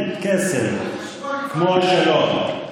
כן, קסם, כמו השלום.